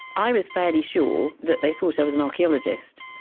i was fairly sure that they thought i was an archaeologist,